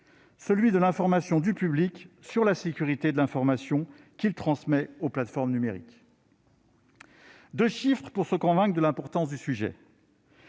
celui de l'information du public sur la sécurité de l'information qu'il transmet aux plateformes numériques. Je citerai deux chiffres pour nous convaincre de l'importance du sujet